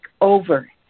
over